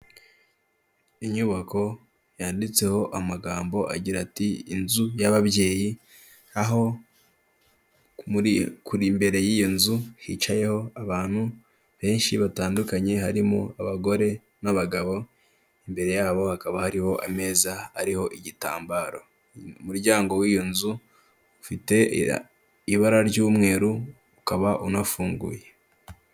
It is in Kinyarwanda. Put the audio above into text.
Inyubako yanditseho amagambo agira ati ''inzu y'ababyeyi'' aho imbere y'iyo nzu hicayeho abantu benshi batandukanye, harimo abagore n'abagabo imbere yabo hakaba hariho ameza ariho igitambaro, umuryango w'iyo nzu ufite ibara ry'umweru ukaba unafunguye.